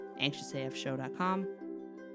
anxiousafshow.com